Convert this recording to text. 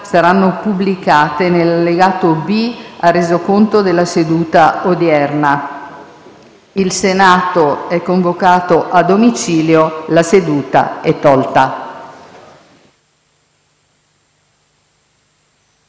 saranno pubblicate nell'allegato B al Resoconto della seduta odierna. Il Senato è convocato a domicilio. La seduta è tolta